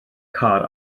car